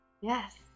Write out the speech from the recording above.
Yes